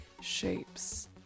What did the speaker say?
shapes